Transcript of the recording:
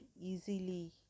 easily